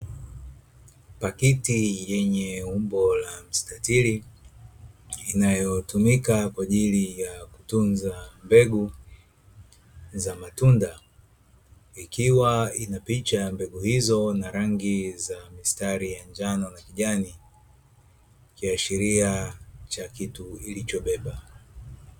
Pakiti yenye umbo la mstatili inayotumika kwa ajili ya kutunza mbegu za matunda. Ikiwa ina picha ya mbegu hizo na rangi za mistari ya rangi ya njano na kijani kishiria cha kitu ilichobebe.